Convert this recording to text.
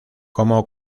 como